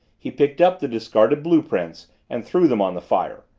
he picked up the discarded blue-prints and threw them on the fire,